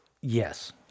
yes